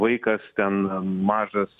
vaikas ten mažas